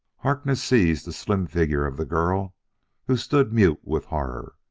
harkness seized the slim figure of the girl who stood, mute with horror,